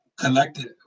collected